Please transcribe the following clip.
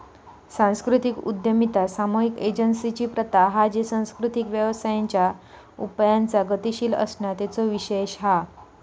सांस्कृतिक उद्यमिता सामुहिक एजेंसिंची प्रथा हा जी सांस्कृतिक व्यवसायांच्या उपायांचा गतीशील असणा तेचो विशेष हा